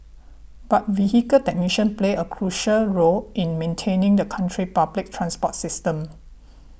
but vehicle technicians play a crucial role in maintaining the country public transport system